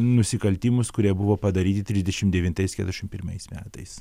nusikaltimus kurie buvo padaryti trisdešimt pirmais keturiasdešimt pirmais metais